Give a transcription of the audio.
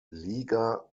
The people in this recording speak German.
liga